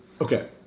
okay